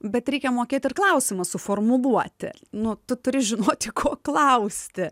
bet reikia mokėt ir klausimą suformuluoti nu tu turi žinoti ko klausti